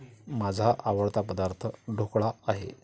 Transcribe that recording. माझा आवडता पदार्थ ढोकळा आहे